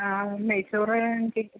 ആ ഒരു നെയ്ച്ചോറ്